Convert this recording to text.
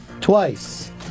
Twice